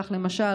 למשל,